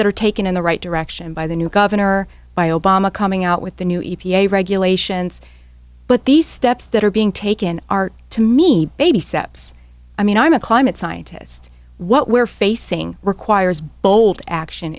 that are taken in the right direction by the new governor by obama coming out with the new e p a regulations but these steps that are being taken are to me baby steps i mean i'm a climate scientist what we're facing requires bold action